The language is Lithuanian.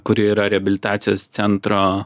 kuri yra reabilitacijos centro